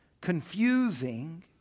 confusing